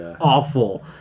awful